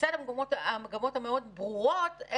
לצד המגמות הברורות מאוד,